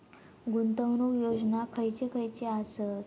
गुंतवणूक योजना खयचे खयचे आसत?